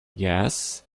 yes